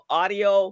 audio